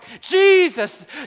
Jesus